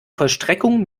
vollstreckung